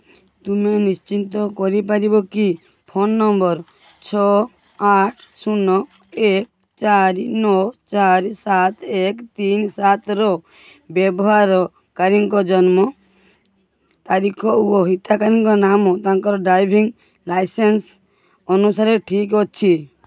ତୁମେ ନିଶ୍ଚିତ କରିପାରିବ କି ଫୋନ୍ ନମ୍ବର୍ ଛଅ ଆଠ ଶୂନ ଏକ ଚାରି ନଅ ଚାରି ସାତ ଏକ ତିନି ସାତର ବ୍ୟବହାରକାରୀଙ୍କ ଜନ୍ମ ତାରିଖ ଓ ହିତାଧିକାରୀ ନାମ ତାଙ୍କ ଡ୍ରାଇଭିଂ ଲାଇସେନ୍ସ୍ ଅନୁସାରେ ଠିକ୍ ଅଛି